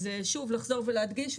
אז שוב לחזור ולהדגיש,